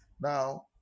now